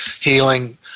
healing